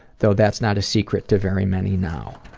though that's not a secret to very many now.